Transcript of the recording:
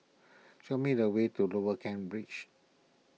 show me the way to Lower Kent Ridge